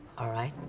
alright.